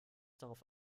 darauf